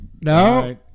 No